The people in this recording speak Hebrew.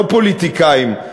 לא פוליטיקאים,